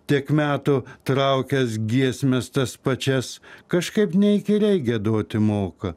tiek metų traukęs giesmes tas pačias kažkaip neįkyriai giedoti moka